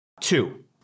Two